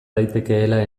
daitekeela